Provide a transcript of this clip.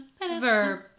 verb